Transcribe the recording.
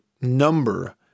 number